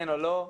כן או לא.